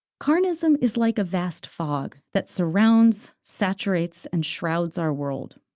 carnism is like a vast fog that surrounds, saturates, and shrouds our world.